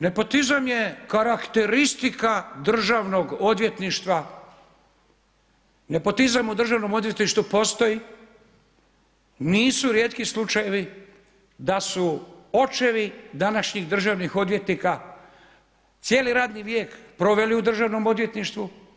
Nepotizam je karakteristika Državnog odvjetništva, nepotizam u Državnom odvjetništvu postoji, nisu rijetki slučajevi, da su očevi današnjih državnih odvjetnika cijeli radni vijek proveli u Državnom odvjetništvu.